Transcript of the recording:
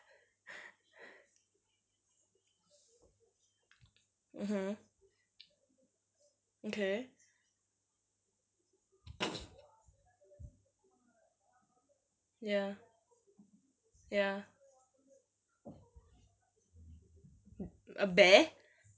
mmhmm okay okay ya ya a bear